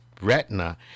retina